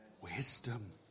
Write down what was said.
wisdom